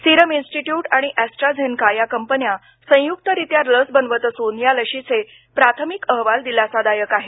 Serum institute आणि AstraZeneca या कंपन्या संयुकरित्या लस बनवत असून या लशीचे प्राथमिक अहवाल दिलासादायक आहेत